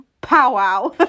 powwow